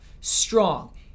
strong